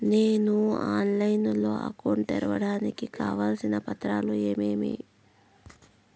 నేను ఆన్లైన్ లో అకౌంట్ తెరవడానికి కావాల్సిన పత్రాలు ఏమేమి?